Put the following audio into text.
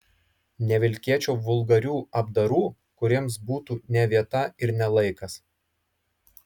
nevilkėčiau vulgarių apdarų kuriems būtų ne vieta ir ne laikas